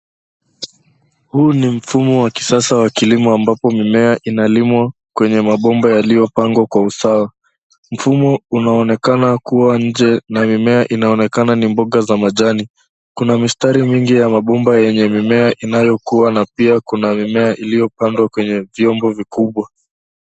Huu ni mfumo wa kisasa wa kilimo ambapo mimea inalimwa kwenye mabomba yaliopangwa kwa usawa. Mfumo unaonekana kuwa nje na mimea inaonekana ni mboga za majani. Kuna mistari mingi ya mabomba yenye mimea inayokua na pia kuna mimea iliopandwa kwenye vyombo vikubwa.